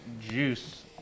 juice